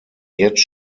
jetzt